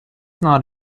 not